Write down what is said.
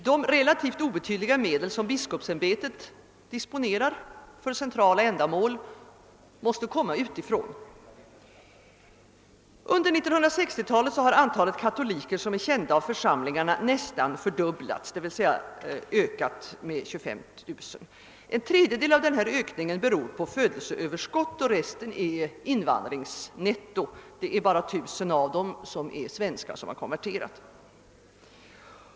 De relativt obetydliga medel, som biskopsämbetet disponerar för centrala ändamål, måste komma utifrån. Under 1960-talet har antalet katoliker, som är kända av församlingarna, nästan fördubblats, d.v.s. ökat med 25 000. En tredjedel av denna ökning beror på födelseöverskott och resten är invandringsnetto. Bara 1000 av katolikerna är svenskar som konverterat.